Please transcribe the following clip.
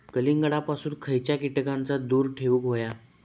कलिंगडापासून खयच्या कीटकांका दूर ठेवूक व्हया?